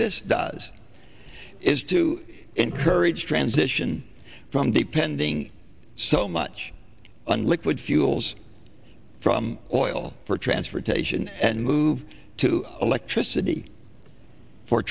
this does is to encourage transition from depending so much on liquid fuels from oil for transportation and move to electricity for